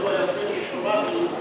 אחרי הדברים היפים ששמעתי,